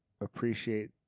appreciate